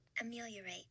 Ameliorate